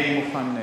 אני מוכן.